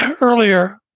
earlier